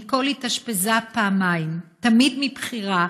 נ' התאשפזה פעמיים, תמיד מבחירה,